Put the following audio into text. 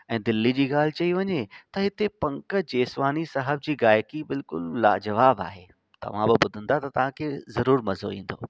ऐं दिल्लीअ जी ॻाल्हि चई वञे त हिते पंकज जेसवानी साहबजी जी गायकी बिल्कुलु लाजवाबु आहे तव्हां बि ॿुधंदा त तव्हांखे ज़रूरु मज़ो ईंदो